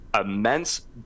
immense